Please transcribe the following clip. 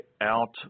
out